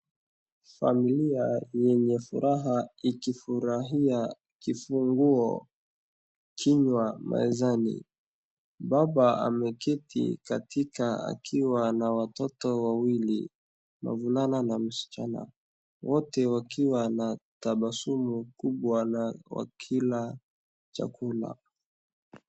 Familia yenye furaha ikifurahia kifunguo kinywa mezani. Baba ameketi katika akiwa na watoto wawili, mavulana na msichana wote wakiwa na tabasumu kubwa na wakila chakula.